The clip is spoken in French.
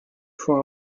faut